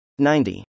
90